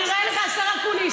אני אראה לך, השר אקוניס.